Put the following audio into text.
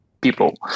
people